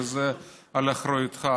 וזה על אחריותך.